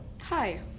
Hi